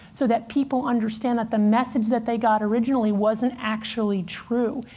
so that people understand that the message that they got originally wasn't actually true,